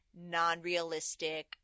non-realistic